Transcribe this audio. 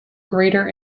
greater